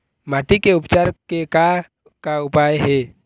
माटी के उपचार के का का उपाय हे?